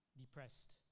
depressed